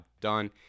done